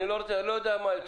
אני לא יודע מה צריך יותר מזה.